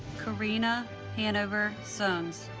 karina hannover sones